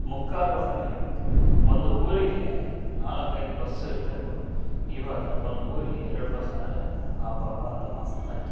ಮುಕ್ಕಾಲು ಪರ್ಸೆಂಟ್ ಇಲ್ಲ ಒಂದು ಊರಿಗೆ ನಾಲ್ಕೈದು ಬಸ್ಸು ಇರ್ತಾಯಿದ್ವು ಇವಾಗ ಒಂದು ಊರಿಗೆ ಎರಡು ಬಸ್ಸ್ ಅಂದರೆ ಅಬ್ಬಬ್ಬಾ ಅಂದೆ ಮಸ್ತಾಯ್ತು